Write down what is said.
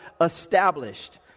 established